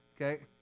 Okay